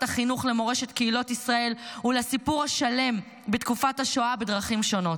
החינוך למורשת קהילות ישראל ולסיפור השלם בתקופת השואה בדרכים שונות.